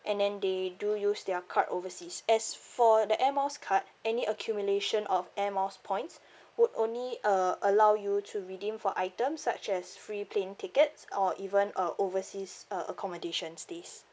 and then they do use their card overseas as for the airmiles card any accumulation of air miles points would only uh allow you to redeem for items such as free plane tickets or even a overseas uh accommodation stays